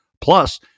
plus